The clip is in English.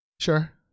sure